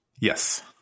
Yes